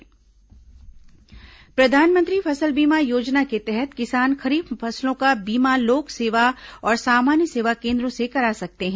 प्रधानमंत्री फसल बीमा योजना प्रधानमंत्री फसल बीमा योजना के तहत किसान खरीफ फसलों का बीमा लोक सेवा और सामान्य सेवा केन्द्रों से करा सकते हैं